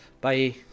Bye